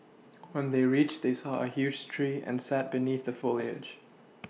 when they reached they saw a huge tree and sat beneath the foliage